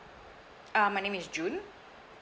uh my name is june